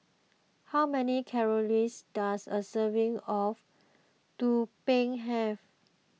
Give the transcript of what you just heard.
how many calories does a serving of Tumpeng have